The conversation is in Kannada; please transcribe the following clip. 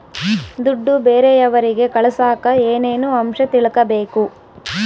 ದುಡ್ಡು ಬೇರೆಯವರಿಗೆ ಕಳಸಾಕ ಏನೇನು ಅಂಶ ತಿಳಕಬೇಕು?